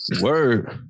Word